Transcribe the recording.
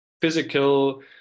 physical